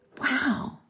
wow